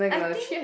I think